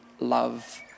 love